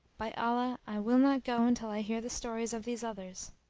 by allah, i will not go until i hear the stories of these others.